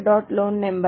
loan number